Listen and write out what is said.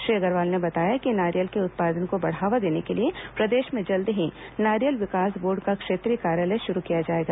श्री अग्रवाल ने बताया कि नारियल के उत्पादन को बढ़ावा देने के लिए प्रदेश में जल्द ही नारियल विकास बोर्ड का क्षेत्रीय कार्यालय शुरू किया जाएगा